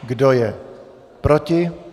Kdo je proti?